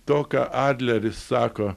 to ką adleris sako